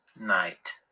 night